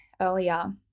earlier